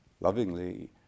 lovingly